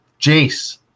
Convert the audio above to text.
Jace